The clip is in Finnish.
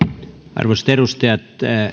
arvoisat edustajat